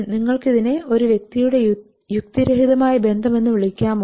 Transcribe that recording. നിങ്ങൾ അതിനെ ഒരു വ്യക്തിയുടെ യുക്തിരഹിതമായ ബന്ധം എന്ന് വിളിക്കുമോ